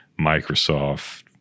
Microsoft